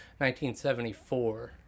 1974